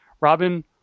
Robin